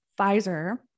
Pfizer